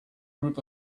group